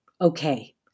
Okay